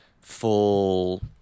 full